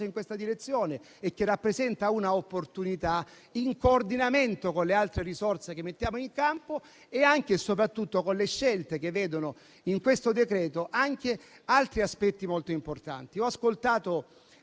in questa direzione e rappresenta un'opportunità in coordinamento con le altre risorse che mettiamo in campo e anche e soprattutto con le scelte che vedono in questo decreto-legge anche altri aspetti molto importanti. Ho ascoltato